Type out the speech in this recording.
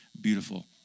beautiful